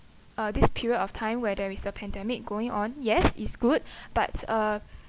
uh this period of time where there is a pandemic going on yes it's good but uh